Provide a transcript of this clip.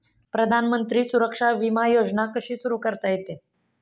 प्रधानमंत्री सुरक्षा विमा योजना कशी सुरू करता येते?